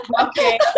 Okay